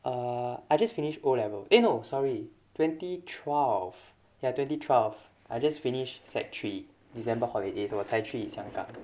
err I just finished O level eh no sorry twenty twelve ya twenty twelve I just finish sec three december holidays 我才去香港